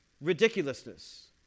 ridiculousness